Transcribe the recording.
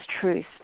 truth